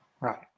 Right